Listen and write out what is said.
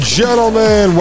gentlemen